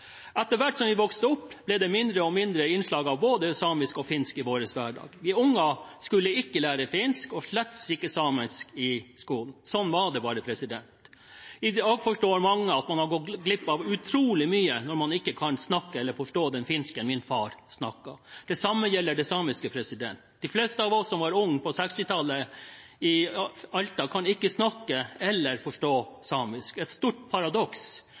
Etter hvert som vi vokste opp, ble det mindre og mindre innslag av både samisk og finsk i vår hverdag. Vi barn skulle ikke lære finsk og slett ikke samisk i skolen – slik var det bare. I dag forstår mange at man har gått glipp av utrolig mye når man ikke kan snakke eller forstå det språket min far snakket: finsk. Det samme gjelder det samiske. De fleste av oss som var unge på 1960-tallet i Alta, kan ikke snakke eller forstå samisk – et stort paradoks